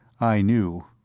i knew.